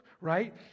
right